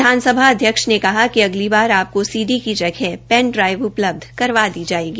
विधानसभा अध्यक्ष ने कहा कि अगली बार आपको सीडी की जगह पेनड्राईव उपलब्ध करवा दी जायेगी